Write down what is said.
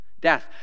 death